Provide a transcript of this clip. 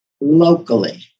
locally